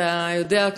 אתה יודע,